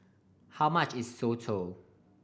how much is soto